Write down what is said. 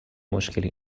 مشکلی